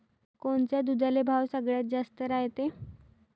कोनच्या दुधाले भाव सगळ्यात जास्त रायते?